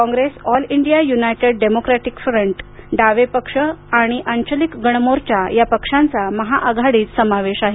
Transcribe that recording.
Congress all India united democratic front डावे पक्ष आणि अंचालिक गण मोर्चा या पक्षांचा महाआघाडीत समावेश आहे